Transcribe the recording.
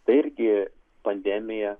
tai irgi pandemiją